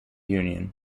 union